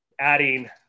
adding